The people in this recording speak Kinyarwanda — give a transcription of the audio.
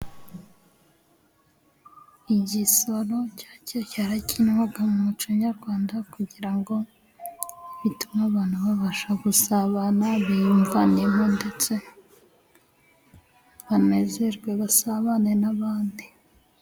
Igisoro cya cyo cyarakinwaga mu muco nyarwanda, kugira ngo bitume abantu babasha gusabana, biyumvanemo, ndetse banezerwe basabane n'abandi.